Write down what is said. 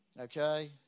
Okay